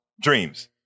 dreams